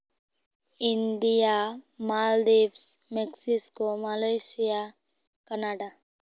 India Maldives Mexico Malaysia Canada